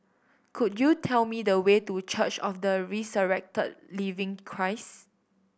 could you tell me the way to Church of the Resurrected Living Christ